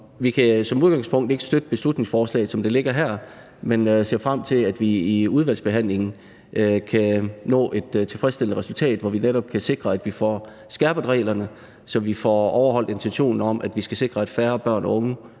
ikke støtte beslutningsforslaget, som det ligger her, men ser frem til, at vi i udvalgsbehandlingen kan nå et tilfredsstillende resultat, hvor vi netop kan sikre, at vi får skærpet reglerne, så vi får levet op til intentionen om, at færre børn og unge